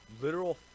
literal